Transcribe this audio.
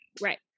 Right